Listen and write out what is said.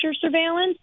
surveillance